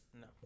No